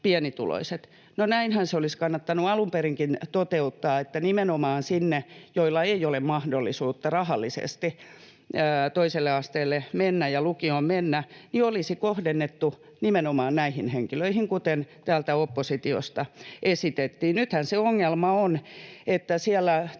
pienituloiset. No, näinhän se olisi kannattanut alun perinkin toteuttaa, että nimenomaan sinne, missä ei ole mahdollisuutta rahallisesti toiselle asteelle mennä ja lukioon mennä, olisi tämä kohdennettu, nimenomaan näihin henkilöihin, kuten täältä oppositiosta esitettiin. Nythän se ongelma on, että siellä tietojeni